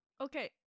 Okay